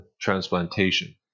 transplantation